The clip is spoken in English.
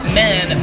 men